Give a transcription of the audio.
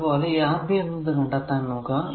അതുപോലെ ഈ Rb എന്നത് കണ്ടെത്താൻ നോക്കുക